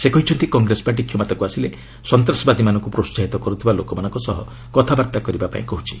ସେ କହିଛନ୍ତି କଂଗ୍ରେସ ପାର୍ଟି କ୍ଷମତାକୁ ଆସିଲେ ସନ୍ତାସବାଦୀମାନଙ୍କୁ ପ୍ରୋହାହିତ କରୁଥିବା ଲୋକମାନଙ୍କ ସହ କଥାବାର୍ତ୍ତା କରିବାକୁ କହୁଛି